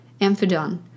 Amphidon